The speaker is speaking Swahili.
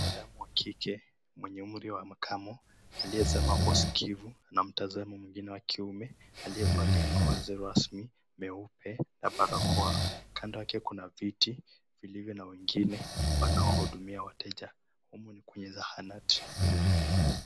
Binadamu wa kike mwenye umri wa makamu aliyezama kwa usikivu na mtazamo mwingine wa kiume aliyevalia mavazi rasmi meupe na barakoa, kando yake kuna viti vilivyo na wengine wanaohudumia wateja. Humu ni kwenye zahanati.